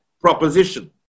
proposition